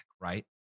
right